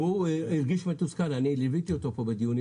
הוא הרגיש מתוסכל, אני ליוויתי אותו פה בדיונים.